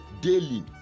daily